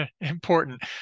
important